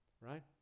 Right